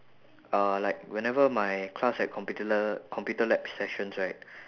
uh like whenever my class had computer la~ computer lab sessions right